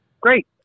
Great